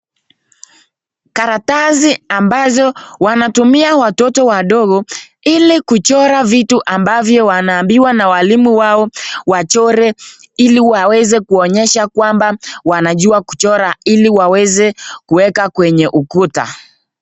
Karatasi ambazo wanatumia watoto wadogo ili kuchora vitu ambavyo wanaambia na walimu wao wachore ili waweze kuonyesha kwamba wanajua kuchora ili waweze kueka kwenye ukuta.